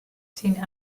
syn